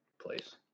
place